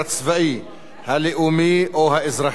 הלאומי או האזרחי במדינת ישראל,